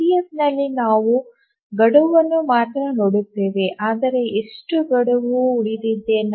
ಇಡಿಎಫ್ನಲ್ಲಿ ನಾವು ಗಡುವನ್ನು ಮಾತ್ರ ನೋಡುತ್ತೇವೆ ಅಂದರೆ ಎಷ್ಟು ಗಡುವು ಉಳಿದಿದೆ